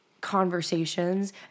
conversations